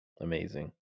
amazing